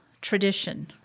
tradition